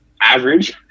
average